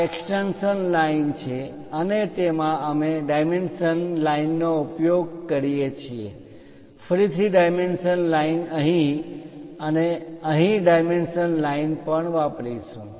આ extension line extension lines વિસ્તરણ રેખા છે અને તેમાં અમે ડાયમેન્શન લાઇન નો ઉપયોગ કરીએ છીએ ફરીથી ડાયમેન્શન લાઇન અહીં અને અહીં ડાયમેન્શન લાઇન પણ વાપરીશું